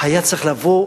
היה צריך לבוא,